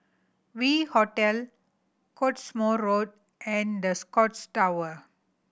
V Hotel Cottesmore Road and The Scotts Tower